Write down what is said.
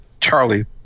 charlie